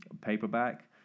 paperback